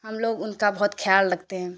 ہم لوگ ان کا بہت خیال رکھتے ہیں